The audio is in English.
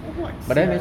for what sia